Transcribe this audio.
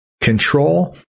control